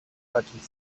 takich